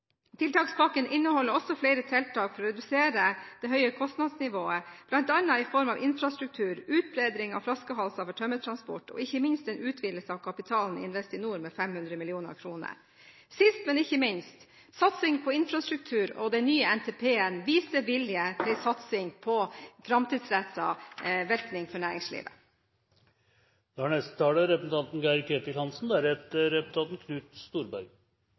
Tiltakspakken inneholder også flere tiltak for å redusere det høye kostnadsnivået, bl.a. i form av infrastruktur, utbedring av flaskehalser for tømmertransport og ikke minst en utvidelse av kapitalen i Investinor med 500 mill kr. Sist, men ikke minst: Satsingen på infrastruktur og den nye NTP-en viser vilje til satsing på en framtidsrettet virkning for næringslivet.